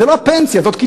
זו לא פנסיה, זו קצבה,